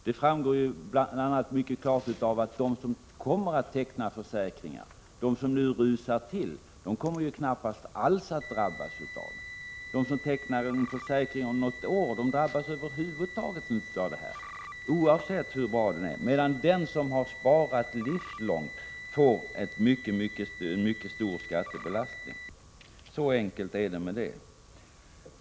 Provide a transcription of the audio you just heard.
Det framgår bl.a. mycket klart av att de som kommer att teckna försäkringar, de som nu rusar till, knappast alls kommer att drabbas av skatten. Och de som tecknar en försäkring om något år drabbas över huvud taget inte av detta, medan den som har sparat livslångt får en mycket stor skattebelastning. Så enkelt är det med detta.